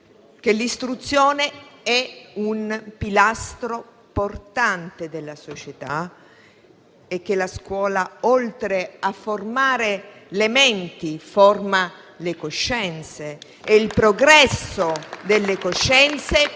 l'istruzione è un pilastro portante della società e che la scuola, oltre a formare le menti, forma le coscienze, e il progresso delle coscienze